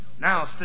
Now